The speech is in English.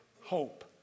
hope